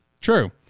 true